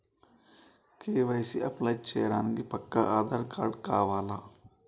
KYC apply చేయనీకి పక్కా ఆధార్ కావాల్నా?